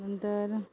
नंतर